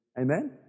Amen